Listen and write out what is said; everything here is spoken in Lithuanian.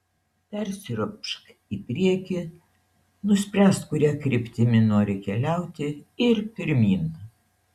persiropšk į priekį nuspręsk kuria kryptimi nori keliauti ir pirmyn